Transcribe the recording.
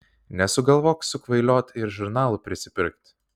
nesugalvok sukvailiot ir žurnalų prisipirkt